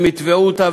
הם יתבעו אותה,